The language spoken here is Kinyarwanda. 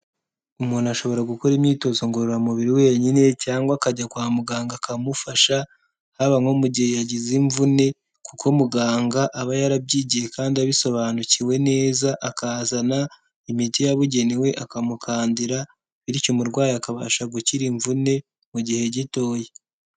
Umuntu ashobora gukora imyitozo ngororamubiri wenyine cyangwa akajya kwa muganga akamufasha, haba nko mu gihe yagize imvune, kuko muganga aba yarabyigiye kandi abisobanukiwe neza, akazana imiti yabugenewe akamukandira, bityo umurwayi akabasha gukira imvune mu gihe gitoya.